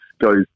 goes